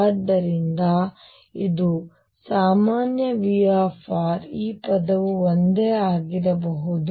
ಆದ್ದರಿಂದ ಇದು ಸಾಮಾನ್ಯ V ಈ ಪದವು ಒಂದೇ ಆಗಿರಬಹುದು